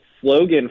slogan